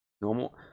normal